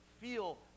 feel